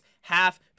half